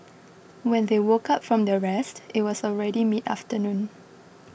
when they woke up from their rest it was already mid afternoon